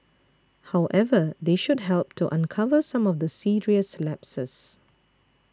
however they should help to uncover some of the serious lapses